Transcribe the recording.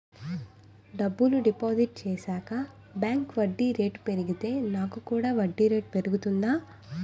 డబ్బులు డిపాజిట్ చేశాక బ్యాంక్ వడ్డీ రేటు పెరిగితే నాకు కూడా వడ్డీ రేటు పెరుగుతుందా?